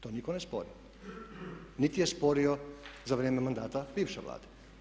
To nitko ne spori niti je sporio za vrijeme mandata bivše Vlade.